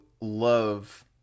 love